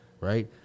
right